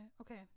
okay